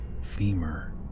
femur